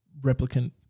replicant